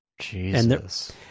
Jesus